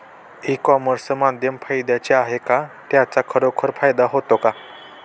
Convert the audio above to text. E commerce माध्यम फायद्याचे आहे का? त्याचा खरोखर फायदा होतो का?